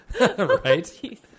Right